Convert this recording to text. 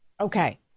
Okay